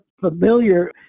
familiar